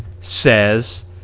says